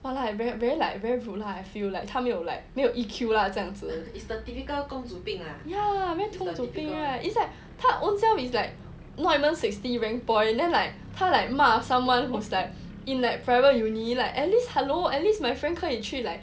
what lah like very very like very rude lah I feel like 他没有 like 没有 E_Q lah 这样子 ya very 公主病 right is like own self is like not even sixty rank point then like 他 like 骂 someone who's like in like private uni like at least hello at least my friend 可以去 like